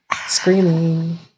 screaming